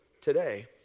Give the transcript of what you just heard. today